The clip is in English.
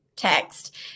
text